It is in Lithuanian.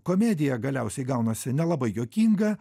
komedija galiausiai gaunasi nelabai juokinga